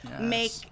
make